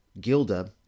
Gilda